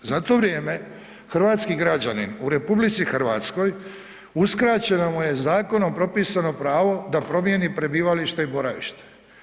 Zato vrijeme, hrvatski građanin u RH, uskraćeno mu je zakonom propisano pravo da promijeni prebivalište i boravište.